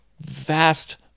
vast